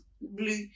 blue